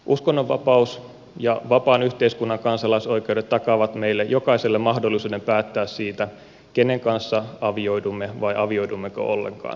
uskonnonvapaus ja vapaan yhteiskunnan kansalaisoikeudet takaavat meille jokaiselle mahdollisuuden päättää siitä kenen kanssa avioidumme vai avioidummeko ollenkaan